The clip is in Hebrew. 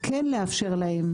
כן לאפשר להם